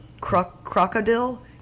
Crocodile